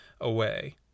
away